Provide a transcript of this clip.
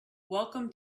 welcome